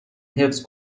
حفظ